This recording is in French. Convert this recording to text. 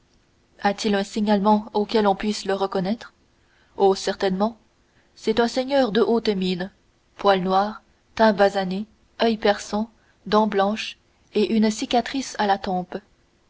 a-t-il un signalement auquel on puisse le reconnaître oh certainement c'est un seigneur de haute mine poil noir teint basané oeil perçant dents blanches et une cicatrice à la tempe